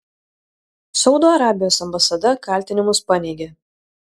saudo arabijos ambasada kaltinimus paneigė